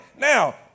Now